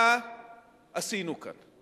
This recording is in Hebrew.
מה עשינו כאן?